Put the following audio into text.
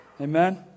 Amen